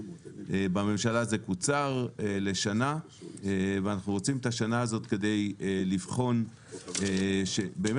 בממשלה זה קוצר לשנה ואנחנו רוצים את השנה הזאת כדי לבחון שבאמת